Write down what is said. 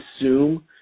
assume